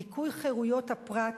דיכוי חירויות הפרט